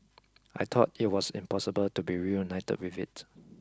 I thought it was impossible to be reunited with it